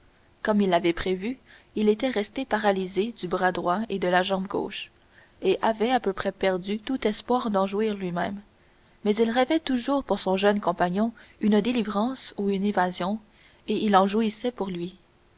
comme il l'avait prévu il était resté paralysé du bras droit et de la jambe gauche et avait à peu près perdu tout espoir d'en jouir lui-même mais il rêvait toujours pour son jeune compagnon une délivrance ou une évasion et il en jouissait pour lui